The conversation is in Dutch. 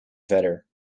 verder